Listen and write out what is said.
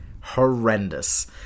horrendous